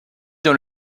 dans